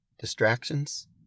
distractions